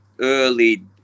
early